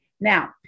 Now